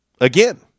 again